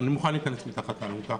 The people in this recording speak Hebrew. אני מוכן להיכנס מתחת לאלונקה,